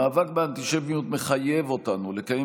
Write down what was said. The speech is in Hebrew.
המאבק באנטישמיות מחייב אותנו לקיים